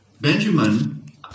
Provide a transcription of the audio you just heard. Benjamin